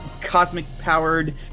cosmic-powered